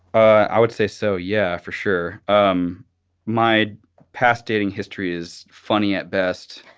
i would say so, yeah, for sure. um my past dating history is funny at best.